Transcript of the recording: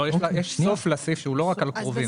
יש סוף לסעיף שהוא לא רק על קרובים.